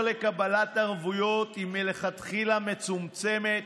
לקבלת ערבויות היא מלכתחילה מצומצמת,